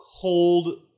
cold